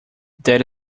that